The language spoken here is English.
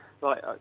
right